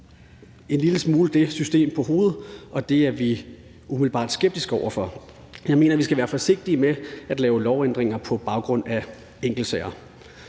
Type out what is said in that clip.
en lille smule på hovedet, og det er vi umiddelbart skeptiske overfor. Jeg mener, vi skal være forsigtige med at lave lovændringer på baggrund af enkeltsager.